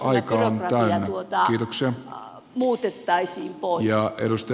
hyötyisi tästä jos sitä byrokratiaa muutettaisiin